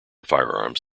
firearms